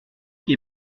qui